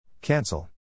Cancel